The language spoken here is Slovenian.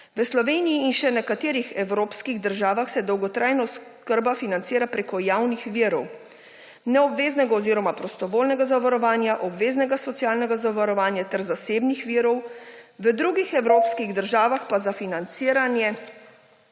V Sloveniji in še nekaterih evropskih državah se dolgotrajna oskrba financira preko javnih virov. Neobveznega oziroma prostovoljnega zavarovanja, obveznega socialnega zavarovanja ter zasebnih virov v drugih evropskih državah pa za financiranje